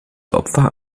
opfer